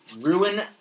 Ruin